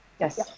yes